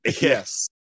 yes